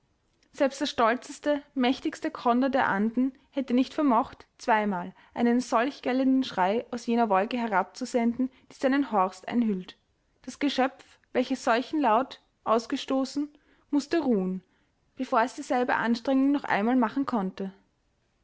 selbst der stolzeste mächtigste kondor der anden hätte nicht vermocht zweimal einen solch gellenden schrei aus jener wolke herabzusenden die seinen horst einhüllt das geschöpf welches solchen laut ausgestoßen mußte ruhen bevor es dieselbe anstrengung noch einmal machen konnte